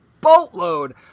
boatload